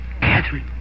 Catherine